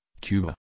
Cuba